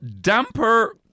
damper